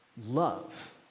love